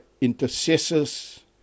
intercessors